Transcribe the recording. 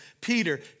Peter